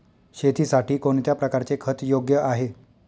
शेतीसाठी कोणत्या प्रकारचे खत योग्य आहे?